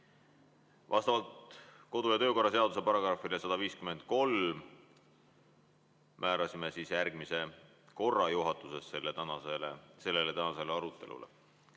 Vastavalt kodu- ja töökorra seaduse §‑le 153 määrasime järgmise korra juhatuses selleks tänaseks aruteluks.